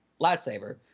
lightsaber